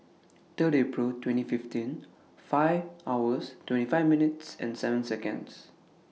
Third April twenty fifteen five hours twenty five minutes and seven Seconds